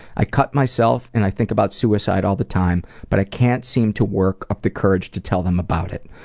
i cut myself and i think about suicide all the time but i can't seem to work up the courage to tell them about it.